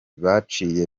baciye